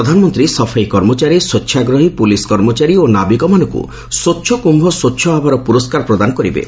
ପ୍ରଧାନମନ୍ତ୍ରୀ ସଫାଇ କର୍ମଚାରୀ ସ୍ୱଚ୍ଚାଗ୍ରହୀ ପୋଲିସ କର୍ମଚାରୀ ଓ ନାବିକ ମାନଙ୍କୁ ସ୍ୱଚ୍ଚ କୁୟ ସ୍ୱଚ୍ଚ ଆଭାର ପୁରସ୍କାର ପ୍ରଦାନ କରିବେ